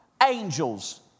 angel's